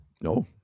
No